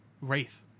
wraith